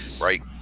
Right